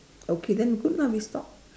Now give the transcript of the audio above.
okay then good lah we stop